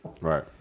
Right